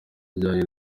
ajyanye